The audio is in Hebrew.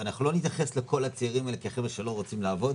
הרי אנחנו לא נתייחס לכל הצעירים האלה כחבר'ה שלא רוצים לעבוד,